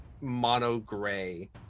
mono-gray